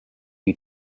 you